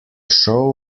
show